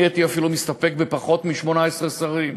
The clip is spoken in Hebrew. אני הייתי מסתפק אפילו בפחות מ-18 שרים,